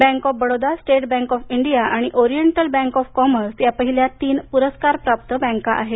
bank of Baroda state bank of India आणि oriental bank of commerce या पहिल्या तीन पुरस्कारप्राप्त बँका आहेत